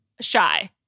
shy